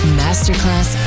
masterclass